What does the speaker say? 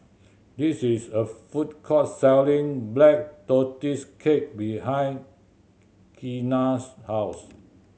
this is a food court selling Black Tortoise Cake behind Keena's house